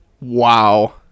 Wow